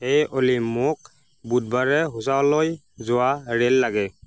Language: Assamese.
হেই অ'লি মোক বুধবাৰে ভোছাৱাললৈ যোৱা ৰে'ল লাগে